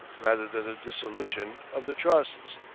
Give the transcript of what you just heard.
rather than the dissolution, of the trusts.